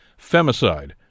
femicide